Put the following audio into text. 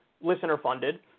listener-funded